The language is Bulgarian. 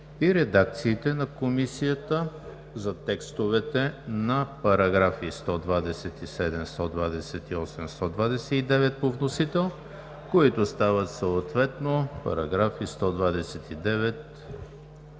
редакциите на Комисията за текстовете на параграфи 127, 128, 129 по вносител, които стават съответно параграфи 129,